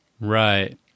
Right